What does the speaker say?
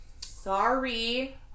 Sorry